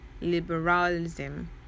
liberalism